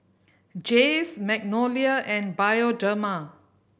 Jays Magnolia and Bioderma